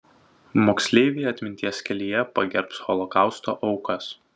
moksleiviai atminties kelyje pagerbs holokausto aukas